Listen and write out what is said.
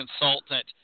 consultant